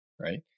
right